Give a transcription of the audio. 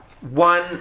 One